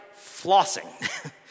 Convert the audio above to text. flossing